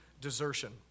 desertion